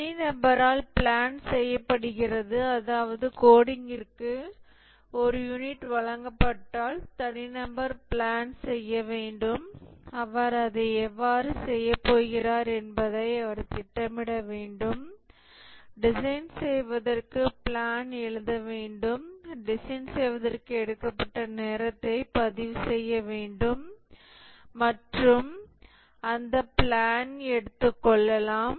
தனி நபரால் பிளான் செய்யப்படுகிறது அதாவது கோடிங்ற்கு ஒரு யூனிட் வழங்கப்பட்டால் தனிநபர் பிளான் செய்ய வேண்டும் அவர் அதை எவ்வாறு செய்யப் போகிறார் என்பதை அவர் திட்டமிட வேண்டும் டிசைன் செய்வதற்கு பிளான் எழுத வேண்டும் டிசைன் செய்வதற்கு எடுக்கப்பட்ட நேரத்தை பதிவு செய்ய வேண்டும் மற்றும் அந்த பிளான் எடுத்துக்கொள்ளலாம்